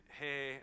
hey